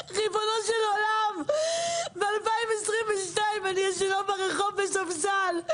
ריבונו של עולם, ב-2022 אני ישנה ברחוב על ספסל.